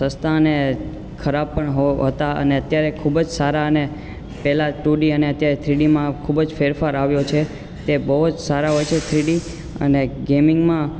સસ્તા અને ખરાબ પણ હો હતા અને અત્યારે ખૂબ જ સારા અને પેલા ટૂડી અને અને થ્રીડીમાં ખૂબ જ ફેરફાર આવ્યો છે તે બહુ જ સારા હોય છે થ્રીડી અને ગેમિંગમાં